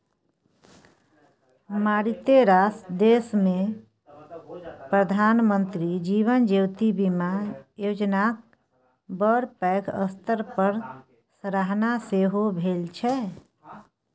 मारिते रास देशमे प्रधानमंत्री जीवन ज्योति बीमा योजनाक बड़ पैघ स्तर पर सराहना सेहो भेल छै